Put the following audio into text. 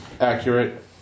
accurate